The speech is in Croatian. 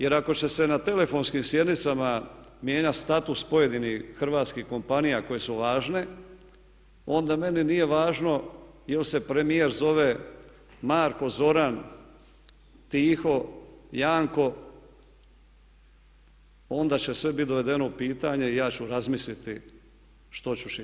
Jer ako će se na telefonskim sjednicama mijenjati status pojedinih hrvatskih kompanija koje su važne onda meni nije važno je li se premijer zove Marko, Zoran, Tiho, Janko, onda će sve biti dovedeno u pitanje i ja ću razmisliti što ću činiti.